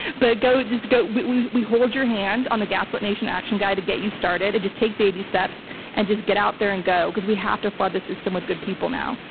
but go, just go. we we hold your hand on the gaslit nation action guide to get you started. and just take baby steps and just get out there and go because we have to flood the system with good people now.